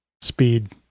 Speed